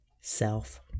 self